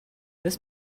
this